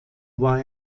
war